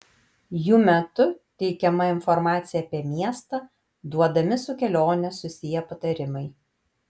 jų metu teikiama informacija apie miestą duodami su kelione susiję patarimai